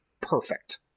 perfect